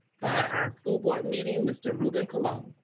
by our school board meeting, mr. ruben colon.